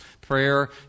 prayer